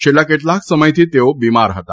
છેલ્લા કેટલાક સમયથી તેઓ બિમાર હતા